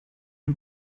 این